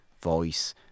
voice